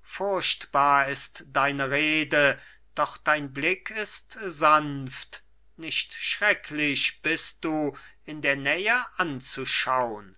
furchtbar ist deine rede doch dein blick ist sanft nicht schrecklich bist du in der nähe anzuschaun